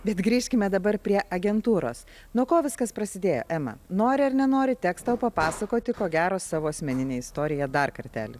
bet grįžkime dabar prie agentūros nuo ko viskas prasidėjo ema nori ar nenori teks tau papasakoti ko gero savo asmeninę istoriją dar kartelį